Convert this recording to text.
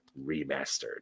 Remastered